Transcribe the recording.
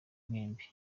mwembi